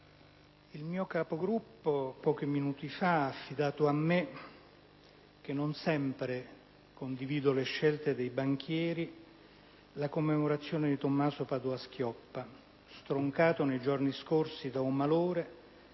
il mio Capogruppo, pochi minuti fa, ha affidato a me, che non sempre condivido le scelte dei banchieri, la commemorazione di Tommaso Padoa-Schioppa, stroncato nei giorni scorsi da un malore